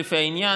לפי העניין,